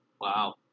Wow